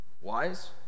Wise